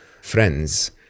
friends